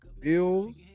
Bills